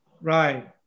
Right